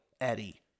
eddie